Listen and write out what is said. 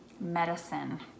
medicine